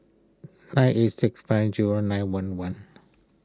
nine eight six five zero nine one one